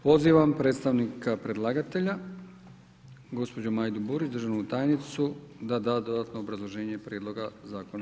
Pozivam predstavnika predlagatelja, gospođu Majdu Burić državnu tajnicu da da dodatno obrazloženje prijedloga zakona.